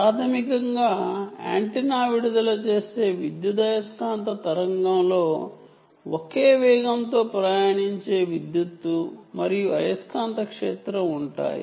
ప్రాథమికంగా యాంటెన్నా విడుదల చేసే విద్యుదయస్కాంత తరంగం లో ఒకే వేగంతో ప్రయాణించే విద్యుత్ మరియు అయస్కాంత క్షేత్రం ఉంటాయి